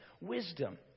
wisdom